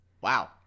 Wow